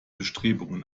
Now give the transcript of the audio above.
bestrebungen